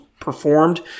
performed